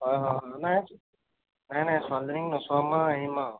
হয় হয় নাই নাই নাই ছোৱালীজনীক নচোৱাম আৰু আহিম আৰু